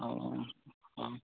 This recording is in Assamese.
অ অ